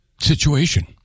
situation